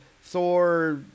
thor